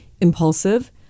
impulsive